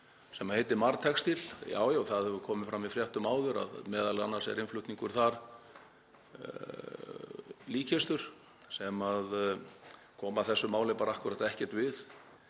sem heitir Mar textil. Já, já, það hefur komið fram í fréttum áður að m.a. er innflutningur þar líkkistur sem koma þessu máli bara akkúrat ekkert við.